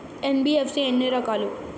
NBFC ఎన్ని రకాలు?